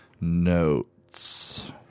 Notes